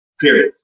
period